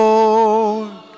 Lord